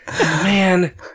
man